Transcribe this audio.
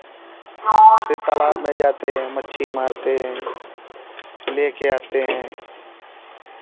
फिर तालाब में जाते हैं मच्छी मारते हैं लेके आते हैं